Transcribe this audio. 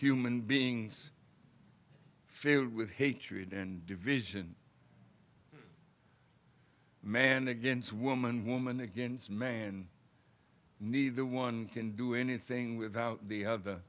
human beings filled with hatred and division man against woman woman against man and neither one can do anything without the